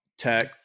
tech